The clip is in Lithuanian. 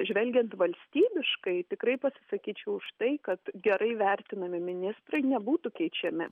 žvelgiant valstybiškai tikrai pasisakyčiau už tai kad gerai vertinami ministrai nebūtų keičiami